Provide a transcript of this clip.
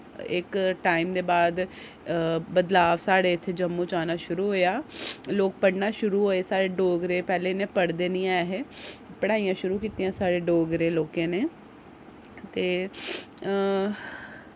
इक टाइम दे बाद बदलाव साढ़े इत्थै जम्मू च औना शुरू होएआ लोक पढ़ना शुरू होए साढ़े डोगरे पैह्लें इन्ने पढ़दे नि ऐ हे पढ़ाइयां शुरू कीतिया साढ़े डोगरे लोकें नै ते